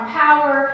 power